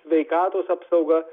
sveikatos apsauga